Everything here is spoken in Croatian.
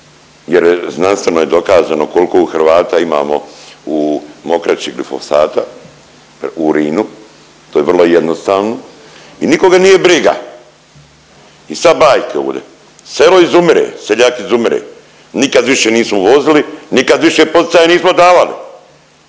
jer znanstveno je dokazano kolko u Hrvata imamo u mokrači glifosata, u urinu, to je vrlo jednostavno i nikoga nije briga i sad bajke ovdje. Selo izumire, seljak izumire, nikad više nismo uvozili, nikad više poticaja nismo davali.